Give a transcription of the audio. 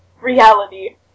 Reality